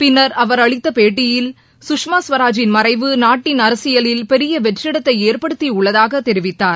பின்னர் அவர் அளித்த பேட்டியில் சுஷ்மா ஸ்வராஜின் மறைவு நாட்டின் அரசியலில் பெரிய வெற்றிடத்தை ஏற்படுத்தி உள்ளதாக தெரிவித்தார்